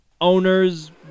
owners